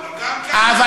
גם כאן צריך,